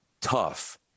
tough